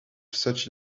such